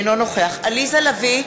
אינו נוכח עליזה לביא,